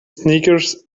sneakers